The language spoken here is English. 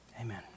Amen